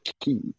key